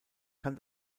kann